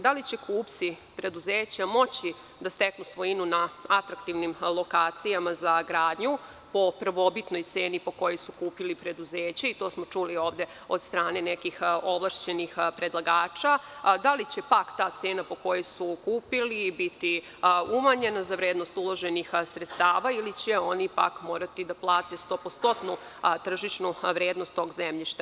Da li će kupci preduzeća moći da steknu svojinu na atraktivnim lokacijama za gradnju po prvobitnoj ceni po kojoj su kupili preduzeće i to smo čuli ovde od strane nekih ovlašćenih predlagača, da li će pak ta cena po kojoj su kupili biti umanjena za vrednost uloženih sredstava ili će oni pak morati da plate stopostotnu tržišnu vrednost tog zemljišta.